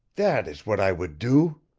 that is what i would do.